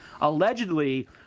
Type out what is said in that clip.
Allegedly